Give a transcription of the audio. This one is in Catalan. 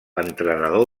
entrenador